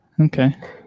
okay